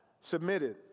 submitted